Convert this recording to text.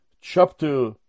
chapter